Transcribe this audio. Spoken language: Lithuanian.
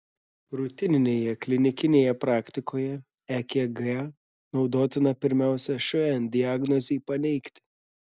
rutininėje klinikinėje praktikoje ekg naudotina pirmiausia šn diagnozei paneigti